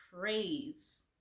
praise